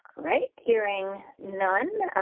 right, hearing none,